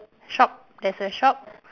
shop there's a shop